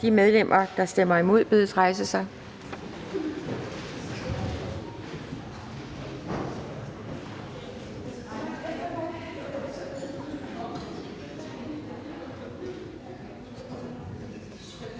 De medlemmer, der stemmer imod, bedes rejse sig.